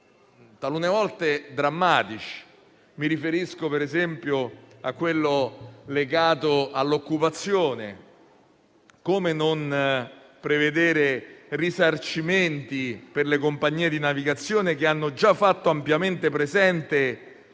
a volte drammatici: mi riferisco, per esempio, alle conseguenze legate all'occupazione. Come non prevedere risarcimenti per le compagnie di navigazione che hanno già fatto ampiamente presente